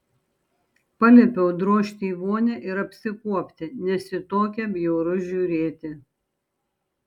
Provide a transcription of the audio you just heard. paliepiau drožti į vonią ir apsikuopti nes į tokią bjauru žiūrėti